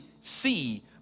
see